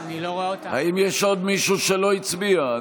האם יש עוד מישהו שלא הצביע?